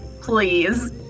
Please